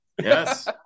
Yes